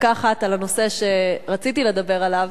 דקה אחת לנושא שרציתי לדבר עליו,